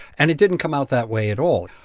and it didn't come out that way at all.